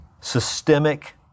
systemic